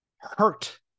hurt